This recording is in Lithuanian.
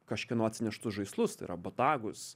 kažkieno atsineštus žaislus tai yra botagus